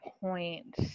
point